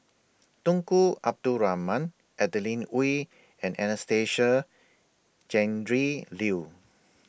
Tunku Abdul Rahman Adeline Ooi and Anastasia Tjendri Liew